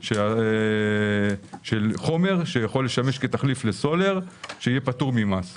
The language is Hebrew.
של חומר שיכול לשמש כתחליף לסולר שיהיה פטור ממס.